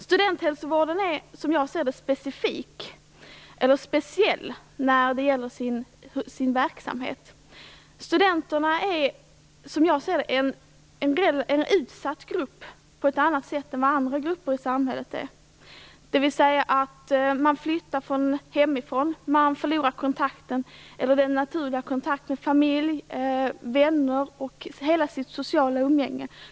Studenthälsovårdens verksamhet är, som jag ser det, speciell. Studenterna är en utsatt grupp, på ett annat sätt än andra grupper i samhället. De flyttar hemifrån och förlorar den naturliga kontakten med familj, vänner och hela det sociala umgänget.